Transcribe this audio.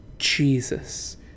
Jesus